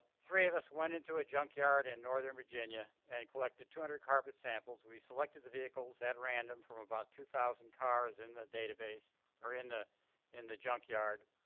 three of us went into a junkyard in northern virginia and collected two hundred carpet samples. we selected the vehicles at random from about two thousand cars in the database or in the in the junkyard.